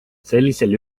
sellisel